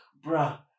bruh